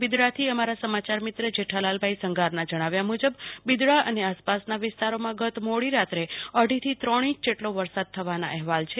બિદડાથી અમારા સમાચાર મિત્ર જેઠાલાલભાઈ સંઘારના જણાવ્યા મુજબ બિદડા અને આસપાસના વિસ્તારોમાં ગઈ મોડી રાત્રે અઢીથી બે ત્રણ ઈંચ જેટલો વરસાદ થવાના અહેવાલ છે